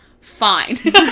fine